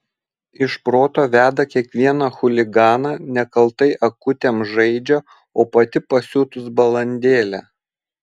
iš proto veda kiekvieną chuliganą nekaltai akutėm žaidžia o pati pasiutus balandėlė